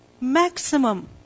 Maximum